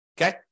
Okay